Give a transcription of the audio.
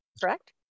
correct